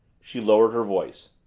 she lowered her voice.